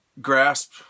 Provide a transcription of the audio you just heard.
grasp